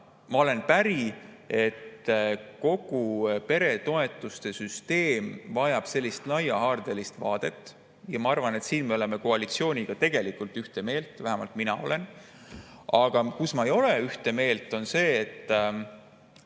ma olen päri, et kogu peretoetuste süsteem vajab laiahaardelist vaadet, ja ma arvan, et siin me oleme koalitsiooniga tegelikult ühte meelt, vähemalt mina olen. Aga ma ei ole koalitsiooniga